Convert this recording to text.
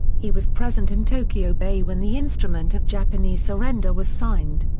he was present in tokyo bay when the instrument of japanese surrender was signed.